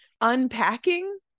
unpacking